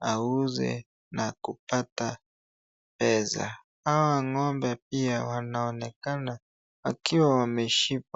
auze na kupata pesa. Hawa ng'ombe pia wanaonekana wakiwa wameshiba.